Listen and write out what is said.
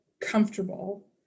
comfortable